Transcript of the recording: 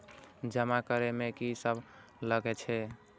जमा करे में की सब लगे छै?